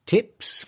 Tips